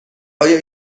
آیا